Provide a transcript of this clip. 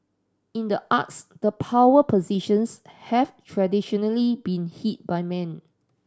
in the arts the power positions have traditionally been by men